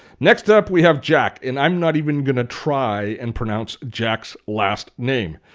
next up, we have jack and i'm not even going to try and pronounce jack's last name.